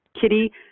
Kitty